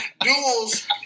duels